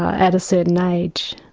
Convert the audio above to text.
at a certain age,